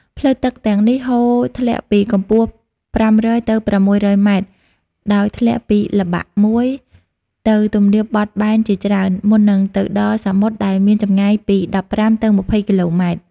ផ្លូវទឹកទាំងនេះហូរធ្លាក់ពីកម្ពស់ ៥០០ ទៅ ៦០០ ម៉ែត្រ ដោយធ្លាក់ពីល្បាក់មួយទៅទំនាបបត់បែនជាច្រើន មុននឹងទៅដល់សមុទ្រដែលមានចម្ងាយពី ១៥ ទៅ ២០ គីឡូម៉ែត្រ។